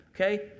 Okay